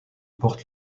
porte